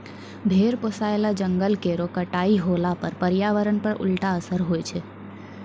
भेड़ पोसय ल जंगल केरो कटाई होला पर पर्यावरण पर उल्टा असर होय छै